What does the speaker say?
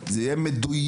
זה יהיה מדויק,